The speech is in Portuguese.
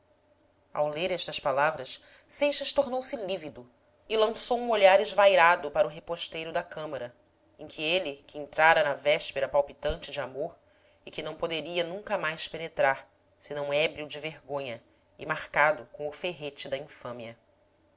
ao ler estas palavras seixas tornou-se lívido e lançou um olhar esvairado para o reposteiro da câmara e em que ele que entrara na véspera palpitante de amor e que não poderia nunca mais penetrar senão ébrio de vergonha e marcado com o ferrete da infâmia